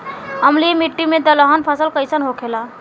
अम्लीय मिट्टी मे दलहन फसल कइसन होखेला?